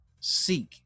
seek